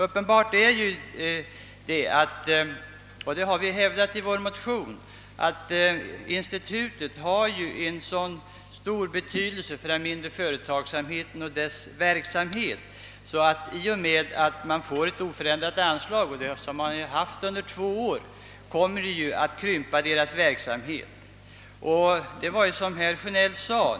Uppenbart är, som vi hävdat i vår motion, att om anslaget till institutet, som har så stor betydelse för den mindre företagsamheten, bibehålls vid samma belopp som det varit i två år, så kommer verksamheten att krympas.